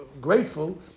grateful